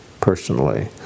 personally